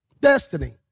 Destiny